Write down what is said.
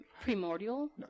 primordial